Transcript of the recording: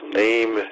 name